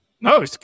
no